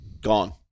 Gone